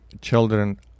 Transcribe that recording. children